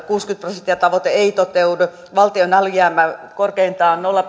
tavoite kuusikymmentä prosenttia ei toteudu valtion alijäämä korkeintaan nolla